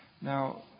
Now